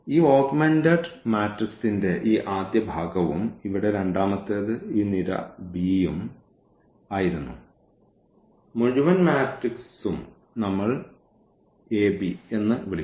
ഈ ഓഗ്മെന്റഡ് മാട്രിക്സിന്റെ ഈ ആദ്യ ഭാഗവും ഇവിടെ രണ്ടാമത്തേത് ഈ നിര bയും ആയിരുന്നു മുഴുവൻ മാട്രിക്സും നമ്മൾ എന്ന് വിളിക്കുന്നു